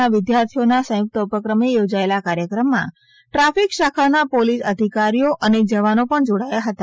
ના વિધાર્થીઓના સંયુક્ત ઉપક્રમે યોજાયેલા આ કાર્યક્રમમાં ટ્રાફિક શાખાના પોલીસ અધિકારીઓ અને જવાનો પણ જોડાયા હતા